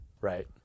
Right